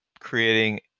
creating